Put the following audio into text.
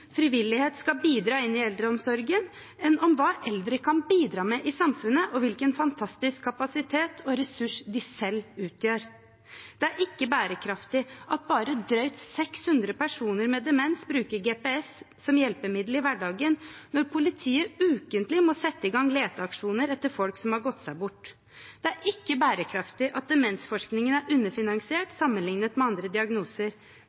frivillighet skal bidra i eldreomsorgen, enn om hva eldre kan bidra med i samfunnet, og hvilken fantastisk kapasitet og ressurs de selv utgjør. Det er ikke bærekraftig at bare drøyt 600 personer med demens bruker GPS som hjelpemiddel i hverdagen, når politiet ukentlig må sette i gang leteaksjoner etter folk som har gått seg bort. Det er ikke bærekraftig at demensforskningen er underfinansiert sammenlignet med andre diagnoser.